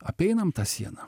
apeinam tą sieną